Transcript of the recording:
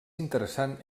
interessant